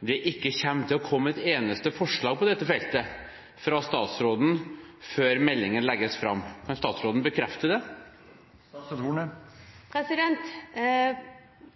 det ikke kommer et eneste forslag på dette feltet fra statsråden, før meldingen legges fram. Kan statsråden bekrefte det?